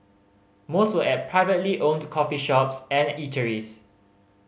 most were at privately owned coffee shops and eateries